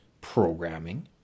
programming